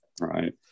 Right